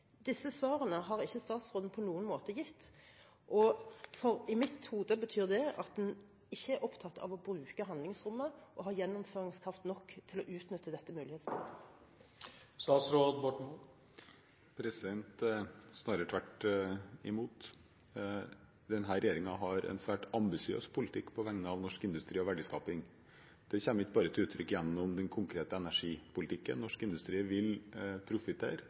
Disse svarene har ikke statsråden på noen måte gitt, og i mitt hode betyr det at en ikke er opptatt av å bruke handlingsrommet og ha gjennomføringskraft nok til å utnytte dette mulighetsrommet. Snarere tvert imot: Denne regjeringen har en svært ambisiøs politikk på vegne av norsk industri og verdiskaping. Det kommer ikke bare til uttrykk gjennom den konkrete energipolitikken, norsk industri vil